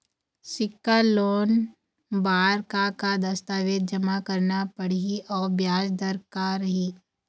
सिक्छा लोन बार का का दस्तावेज जमा करना पढ़ही अउ ब्याज दर का रही?